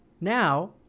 Now